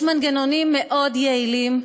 יש מנגנונים מאוד יעילים,